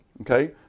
okay